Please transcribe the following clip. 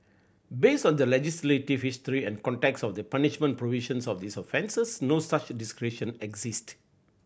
based on the legislative history and context of the punishment provisions of these offences no such discretion exist